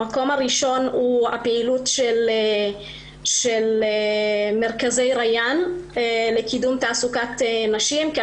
המקום הראשון הוא הפעילות של מרכזי ריאן לקידום תעסוקת נשים.